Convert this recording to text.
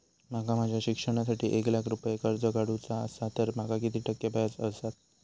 माका माझ्या शिक्षणासाठी एक लाख रुपये कर्ज काढू चा असा तर माका किती टक्के व्याज बसात?